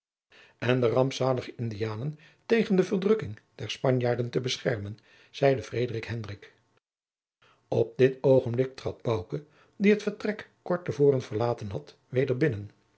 en de rampzalige indianen tegen de verdrukking der spanjaarden te beschermen zeide frederik hendrik op dit oogenblik trad bouke die het vertrek kort te voren verlaten had weder binnen